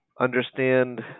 understand